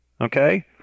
Okay